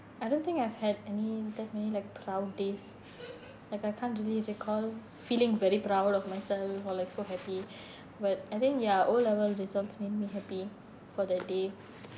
I don't think I've had any definitely like proud days like I can't really recall feeling very proud of myself or like so happy but I think ya O-level results made me happy for that day